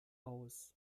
aus